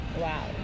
Wow